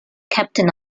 captain